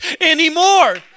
anymore